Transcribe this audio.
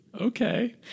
Okay